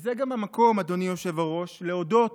וזה גם המקום, אדוני היושב-ראש, להודות